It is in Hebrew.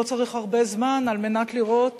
לא צריך הרבה זמן כדי לראות